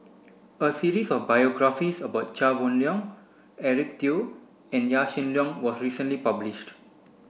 a series of biographies about Chia Boon Leong Eric Teo and Yaw Shin Leong was recently published